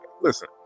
listen